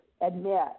admit